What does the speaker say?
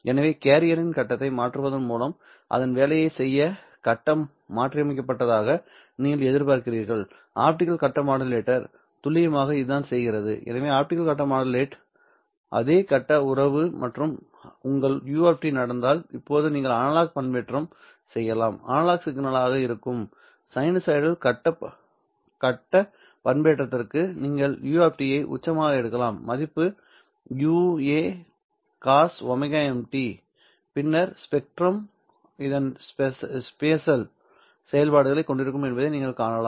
எனவே கேரியரின் கட்டத்தை மாற்றுவதன் மூலம் அதன் வேலையைச் செய்ய கட்டம் மாற்றியமைக்கப்பட்டதாக நீங்கள் எதிர்பார்க்கிறீர்கள் ஆப்டிகல் கட்ட மாடுலேட்டர் துல்லியமாக இதுதான் செய்கிறது எனவே ஆப்டிகல் கட்ட மாடுலேட் அதே கட்ட உறவு மற்றும் உங்கள் u நடந்தால் இப்போது நீங்கள் அனலாக் பண்பேற்றம் செய்யலாம் அனலாக் சிக்னலாக இருக்கும் சைனூசாய்டல் கட்ட பண்பேற்றத்திற்கு நீங்கள் u ஐ உச்சமாக எடுக்கலாம் மதிப்பு Uaccos ωmt பின்னர் ஸ்பெக்ட்ரம் இந்த பெசல் செயல்பாடுகளைக் கொண்டிருக்கும் என்பதை நீங்கள் காணலாம்